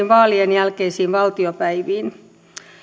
vaalien jälkeisiin valtiopäiviin